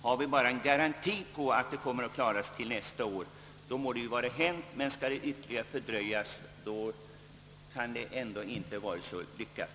Har vi bara en garanti för att det skall klaras, då må det vara hänt, men skall det bli en ytterligare fördröjning, kan det inte vara så lyckat.